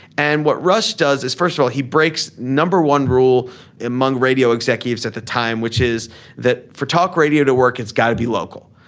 and what rush does is first of all he breaks number one rule among radio executives at the time which is that for talk radio to work it's got to be local.